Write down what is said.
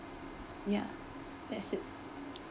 ya that's it